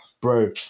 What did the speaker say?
Bro